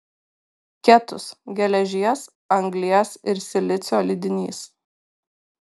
ketus geležies anglies ir silicio lydinys